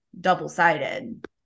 double-sided